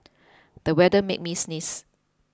the weather made me sneeze